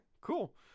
cool